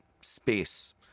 Space